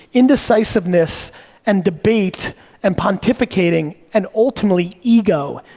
indecisiveness and debate and pontificating and ultimately, ego,